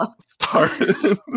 started